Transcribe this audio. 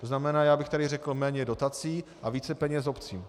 To znamená, já bych tady řekl méně dotací a více peněz obcím.